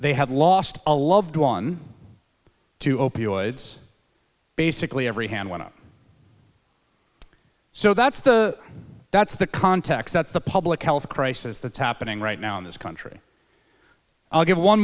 they had lost a loved one to opioids basically every hand went up so that's the that's the context that the public health crisis that's happening right now in this country i'll give one